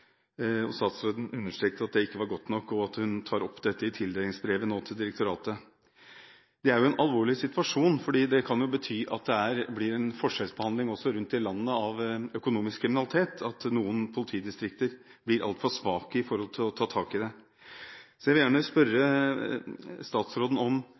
Statsråden understreket at det ikke var godt nok, og at hun har tatt det opp i tildelingsbrevet til direktoratet. Det er en alvorlig situasjon, for det kan bety at det blir forskjellsbehandling av økonomisk kriminalitet rundt om i landet, slik at noen politidistrikter blir altfor svake til å ta tak i det. Så jeg vil gjerne ta opp spørsmålet om